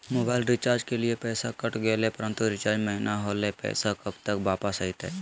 Mobile recharge के लिए पैसा कट गेलैय परंतु रिचार्ज महिना होलैय, पैसा कब तक वापस आयते?